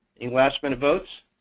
any last minute votes?